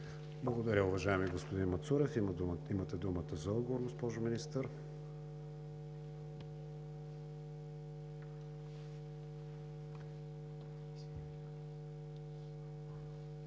Благодаря, уважаеми господин Мацурев. Имате думата за отговор, госпожо Министър.